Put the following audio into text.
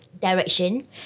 direction